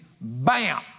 Bam